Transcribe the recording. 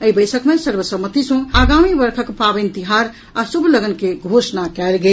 एहि बैसक मे सर्वसम्मति सँ आगामी वर्षक पावनि तिहार आ शुभ लग्न के घोषणा कयल गेल